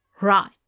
Right